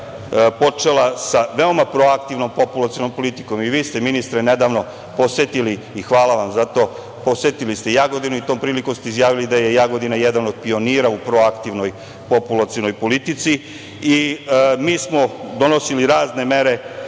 počela sa veoma proaktivnom populacionom politikom. I vi ste, ministre, nedavno posetili Jagodinu, hvala vam za to, i tom prilikom ste izjavili da je Jagodina jedan od pionira u proaktivnoj populacionoj politici. Mi smo donosili razne mere